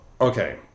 Okay